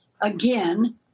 again